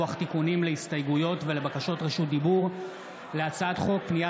לוח תיקונים להסתייגויות ולבקשות רשות דיבור להצעת חוק פנייה